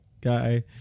guy